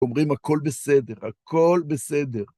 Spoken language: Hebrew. אומרים, הכל בסדר, הכל בסדר.